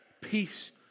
Peace